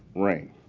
reign.